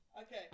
Okay